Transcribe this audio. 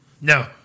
No